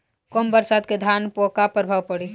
कम बरसात के धान पर का प्रभाव पड़ी?